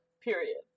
Period